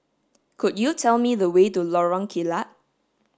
could you tell me the way to Lorong Kilat